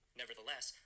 Nevertheless